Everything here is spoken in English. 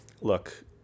look